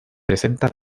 presenta